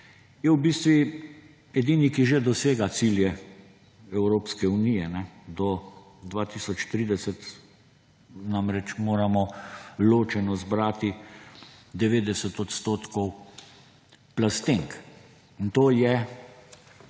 je v bistvu edini, ki že dosega cilje Evropske unije. Do 2030 namreč moramo ločeno zbrati 90 odstotkov plastenk in to je